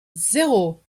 zéro